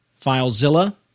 FileZilla